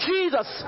Jesus